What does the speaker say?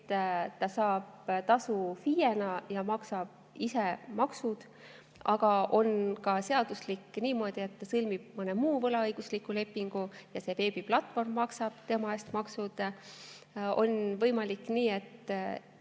et ta saab FIE‑na tasu ja maksab ise maksud. Aga on seaduslik ka niimoodi, et ta sõlmib mõne muu võlaõigusliku lepingu ja veebiplatvorm maksab tema eest maksud. On võimalik ka nii, et